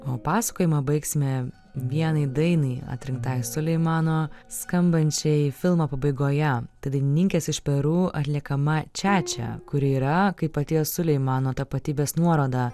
o pasakojimą baigsime vienai dainai atrinktai suleimano skambančiai filmo pabaigoje tai dainininkės iš peru atliekama čača kuri yra kaip paties suleimano tapatybės nuoroda